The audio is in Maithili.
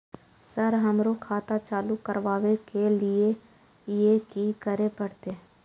सर हमरो खाता चालू करबाबे के ली ये की करें परते?